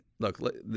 Look